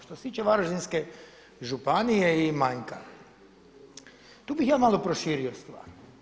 Što se tiče Varaždinske županije i manjka, tu bih ja malo proširio stvar.